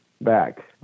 back